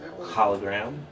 hologram